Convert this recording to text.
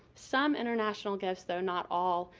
some international gifts, though not all,